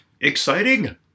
Exciting